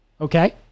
Okay